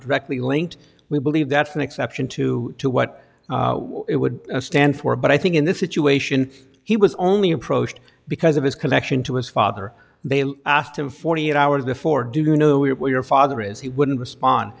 directly linked we believe that's an exception to what it would stand for but i think in this situation he was only approached because of his connection to his father they asked him forty eight hours before do you know where your father is he wouldn't respond